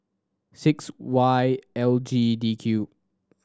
six Y L G D Q